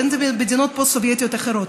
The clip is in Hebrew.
בין אם זה במדינות פוסט-סובייטיות אחרות,